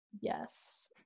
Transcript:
Yes